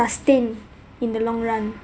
sustain in the long run